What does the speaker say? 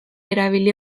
erabili